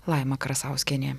laima krasauskienė